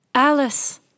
Alice